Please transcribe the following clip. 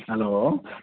hello